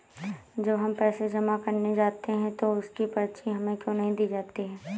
जब हम पैसे जमा करने जाते हैं तो उसकी पर्ची हमें क्यो नहीं दी जाती है?